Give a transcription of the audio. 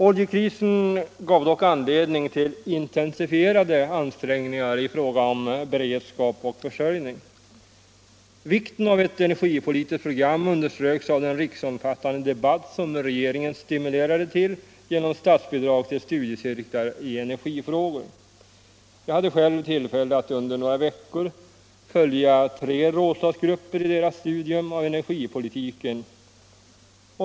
Oljekrisen gav dock anledning till intensifierade ansträngningar i fråga om beredskap och försörjning. Vikten av ett energipolitiskt program underströks av den riksomfattande debatt som regeringen stimulerade till genom statsbidrag till studiecirklar i energifrågor. Jag hade själv tillfälle att under några veckor följa tre rådslagsgrupper i deras studium av energipolitiken.